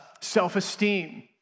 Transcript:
self-esteem